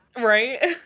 right